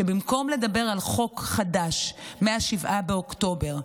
שבמקום לדבר על חוק חדש מ-7 באוקטובר,